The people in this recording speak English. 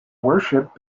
worship